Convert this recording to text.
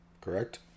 Correct